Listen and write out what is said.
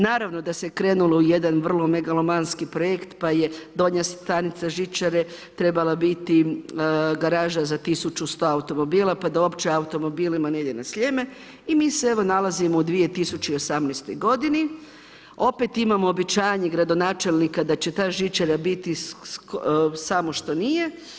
Naravno da se je krenulo u jedan vrlo megalomanski projekt pa je donja stanica žičare trebala biti garaža za 1100 automobila pa da uopće automobilima ne ide na Sljeme, i mi se evo nalazimo u 2018. g., opet imamo obećanje gradonačelnika da će ta žičara biti samo što nije.